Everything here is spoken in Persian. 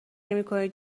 نمیکنید